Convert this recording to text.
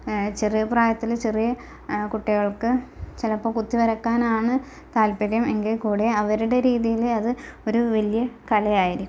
ചെറിയ പ്രായത്തില് ചെറിയ കുട്ടികൾക്ക് ചിലപ്പോൾ കുത്തി വരക്കാനാണ് താൽപര്യം എങ്കിൽ കൂടി അവരുടെ രീതിയിൽ അത് ഒരു വലിയ കല ആയിരിക്കും